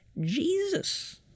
Jesus